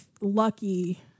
lucky